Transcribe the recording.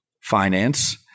Finance